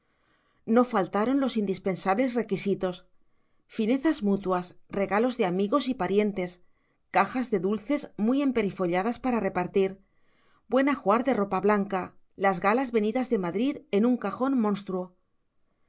no faltaron los indispensables requisitos finezas mutuas regalos de amigos y parientes cajas de dulces muy emperifolladas para repartir buen ajuar de ropa blanca las galas venidas de madrid en un cajón monstruo